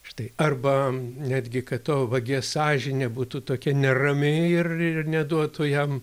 štai arba netgi kad to vagies sąžinė būtų tokia nerami ir neduotų jam